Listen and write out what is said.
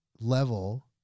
level